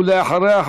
ואחריה,